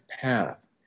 path